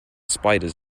spiders